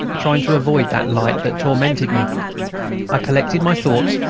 trying to avoid that light that tormented me i collected my thoughts,